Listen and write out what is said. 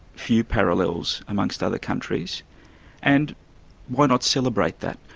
few parallels amongst other countries and why not celebrate that?